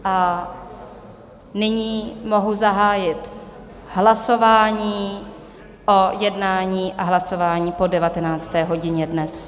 A nyní mohu zahájit hlasování o jednání a hlasování po 19. hodině dnes.